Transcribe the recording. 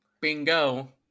Bingo